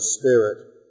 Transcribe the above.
Spirit